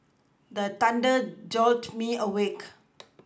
the thunder jolt me awake